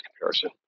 comparison